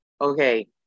Okay